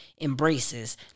embraces